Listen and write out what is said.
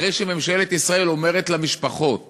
אחרי שממשלת ישראל אומרת למשפחות